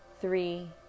three